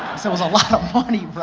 it was a lot of money, right?